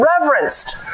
reverenced